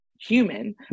human